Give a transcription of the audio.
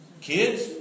Kids